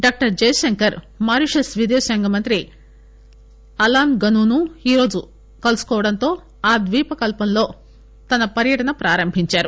doctor Jaishankar Mauritius విదేశాంగ మంత్రి Alan Ganoo ఈరోజు కలుసుకోవడంతో ఆ ద్వీపకల్పంలో తన పర్యటన ప్రారంభించారు